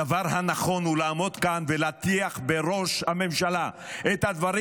הדבר הנכון הוא לעמוד כאן ולהטיח בראש הממשלה את הדברים